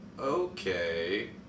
Okay